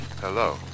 Hello